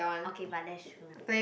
okay but that's true